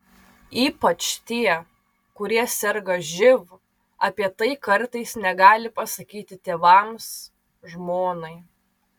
ypač tie kurie serga živ apie tai kartais negali pasakyti tėvams žmonai